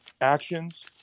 actions